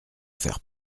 faire